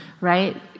right